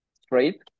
straight